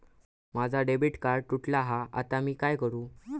माझा debit card तुटला हा आता मी काय करू?